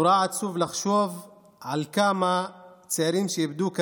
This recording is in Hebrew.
עצוב מאוד לחשוב כמה צעירים איבדו אפשרות